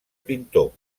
pintor